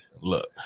Look